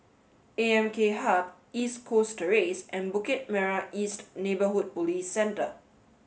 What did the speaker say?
A M K Hub East Coast Terrace and Bukit Merah East Neighbourhood Police Centre